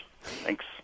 Thanks